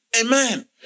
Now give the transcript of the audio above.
Amen